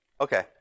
Okay